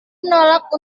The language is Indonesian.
menolak